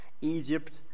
Egypt